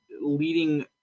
leading